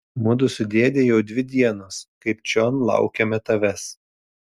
mudu su dėde jau dvi dienos kaip čion laukiame tavęs